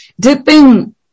dipping